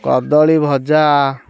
କଦଳୀ ଭଜା